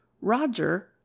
Roger